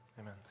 Amen